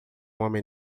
homem